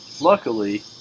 Luckily